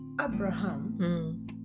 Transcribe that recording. Abraham